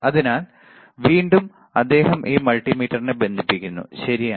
അതിനാൽ വീണ്ടും അദ്ദേഹം ഈ മൾട്ടിമീറ്ററിനെ ബന്ധിപ്പിക്കുന്നു ശരിയാണ്